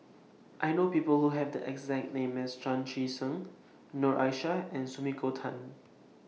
I know People Who Have The exact name as Chan Chee Seng Noor Aishah and Sumiko Tan